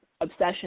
obsession